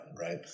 right